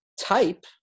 type